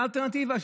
מה האלטרנטיבה,